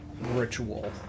ritual